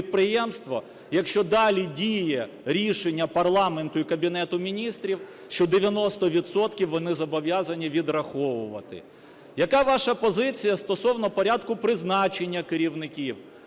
якщо далі діє рішення парламенту і Кабінету Міністрів, що 90 відсотків вони зобов'язані відраховувати. Яка ваша позиція стосовно порядку призначення керівників?